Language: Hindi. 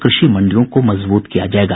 कृषि मंडियों को मजबूत किया जायेगा